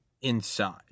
inside